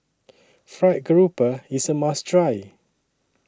Fried Grouper IS A must Try